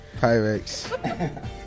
Pyrex